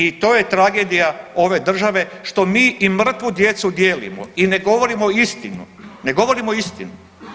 I to je tragedija ove države što mi i mrtvu djecu dijelimo i ne govorimo istinu, ne govorimo istinu.